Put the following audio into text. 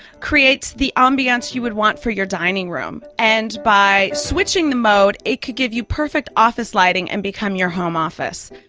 creates the ambience you would want for your dining room. and by switching the mode, it could give you perfect office lighting and become your home office.